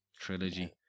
trilogy